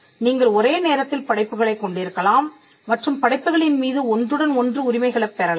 நீங்கள் ஒரே நேரத்தில் படைப்புகளைக் கொண்டிருக்கலாம் மற்றும் படைப்புகளின் மீது ஒன்றுடன் ஒன்று உரிமைகளைப் பெறலாம்